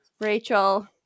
rachel